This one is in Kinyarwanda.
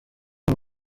aya